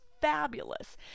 fabulous